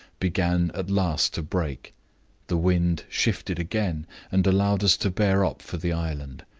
began at last to break the wind shifted again and allowed us to bear up for the island.